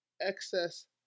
excess